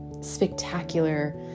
spectacular